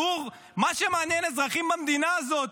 עבור מה שמעניין אזרחים במדינה הזאת,